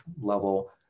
level